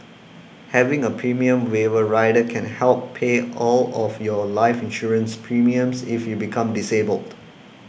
having a premium waiver rider can help pay all of your life insurance premiums if you become disabled